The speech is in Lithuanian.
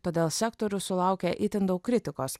todėl sektorius sulaukia itin daug kritikos